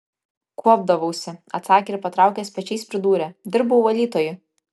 kuopdavausi atsakė ir patraukęs pečiais pridūrė dirbau valytoju